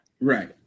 Right